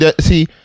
See